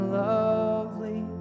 lovely